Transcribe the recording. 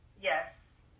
Yes